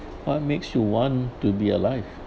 what makes you want to be alive